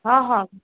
हँ हँ